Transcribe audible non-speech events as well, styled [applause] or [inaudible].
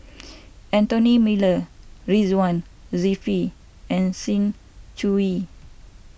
[noise] Anthony Miller Ridzwan Dzafir and Sng Choon Yee